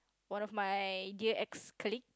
one of my dear ex colleague